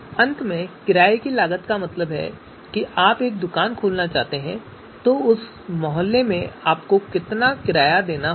अंत में किराये की लागत का मतलब है कि यदि आप एक दुकान खोलना चाहते हैं तो आपको उस मोहल्ले का कितना किराया देना होगा